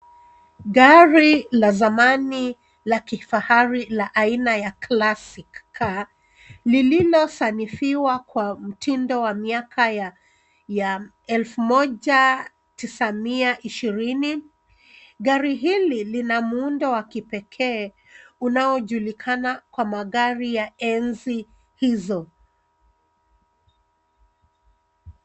Gari la zamani la kifahari la aina ya classic car , lililofanishiwa kwa mtindo wa miaka ya 1920. Gari hili lina muundo wa kipekee, unaojulikana kwa magari ya enzi hizo.